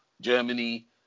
Germany